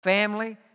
Family